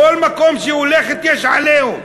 בכל מקום שהיא הולכת יש "עליהום".